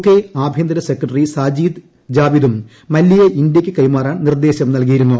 K ആഭ്യന്തര secretary Sajid ജാവിദും മല്യയെ ഇന്തൃയ്ക്ക് കൈമാറാൻ നിർദ്ദേശം നൽകിയിരുന്നു